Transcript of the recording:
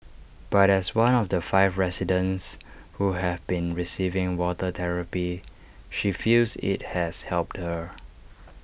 but as one of the five residents who have been receiving water therapy she feels IT has helped her